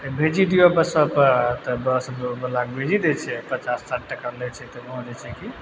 भेजि दियौ बस पर तऽ बस बला के भेज दै छियै पचास साठि टका लै छै ताहि मे जे छै कि